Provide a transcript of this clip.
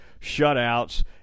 shutouts